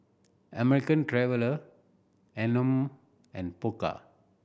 American Traveller Anmum and Pokka